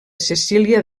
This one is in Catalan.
cecília